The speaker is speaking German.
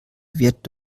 wird